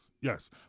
yes